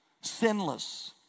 sinless